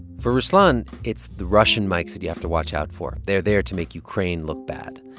for ruslan, it's the russian mics that you have to watch out for. they're there to make ukraine look bad.